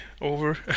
over